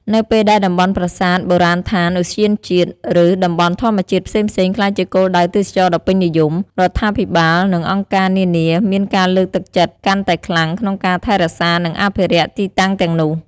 នៅពេលដែលតំបន់ប្រាសាទ បុរាណដ្ឋាន ឧទ្យានជាតិ ឬតំបន់ធម្មជាតិផ្សេងៗក្លាយជាគោលដៅទេសចរណ៍ដ៏ពេញនិយម រដ្ឋាភិបាល និងអង្គការនានាមានការលើកទឹកចិត្តកាន់តែខ្លាំងក្នុងការថែរក្សា និងអភិរក្សទីតាំងទាំងនោះ។